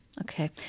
Okay